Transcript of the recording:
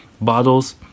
bottles